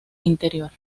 interior